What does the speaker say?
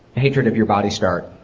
hatred of your body start?